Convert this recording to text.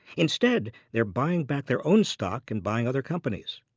instead, they're buying back their own stock and buying other companies.